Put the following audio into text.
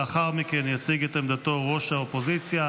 לאחר מכן יציג את עמדתו ראש האופוזיציה.